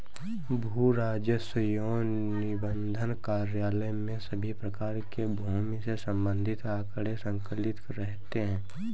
भू राजस्व एवं निबंधन कार्यालय में सभी प्रकार के भूमि से संबंधित आंकड़े संकलित रहते हैं